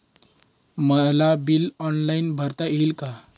मला bill online भरता येईल का?